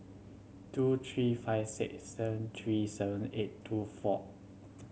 two three five six seven three seven eight two four